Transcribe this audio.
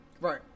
Right